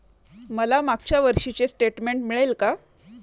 मला मागच्या वर्षीचे स्टेटमेंट मिळेल का?